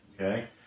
okay